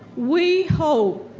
we hope